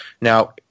Now